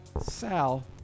sal